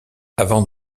avant